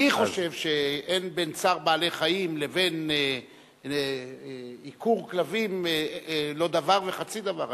אני חושב שאין בין צער בעלי-חיים לבין עיקור כלבים דבר וחצי דבר.